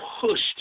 pushed